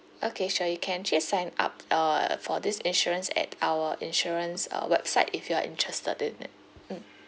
okay sure you can actually sign up uh for this insurance at our insurance uh website if you are interested in it mm